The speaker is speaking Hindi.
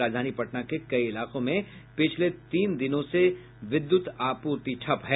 राजधानी पटना के कई इलाकों में पिछले तीन दिनों से विद्युत आपूर्ति ठप है